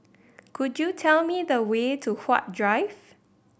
could you tell me the way to Huat Drive